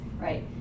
right